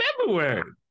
February